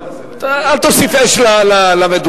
אתה אל תוסיף אש למדורה,